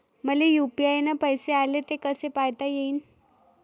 मले यू.पी.आय न पैसे आले, ते कसे पायता येईन?